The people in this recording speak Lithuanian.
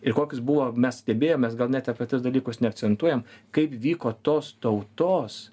ir kokios buvo mes stebėjomės gal net apie tuos dalykus neakcentuojam kaip vyko tos tautos